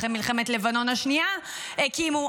אחרי מלחמת לבנון השנייה הקימו.